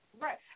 Right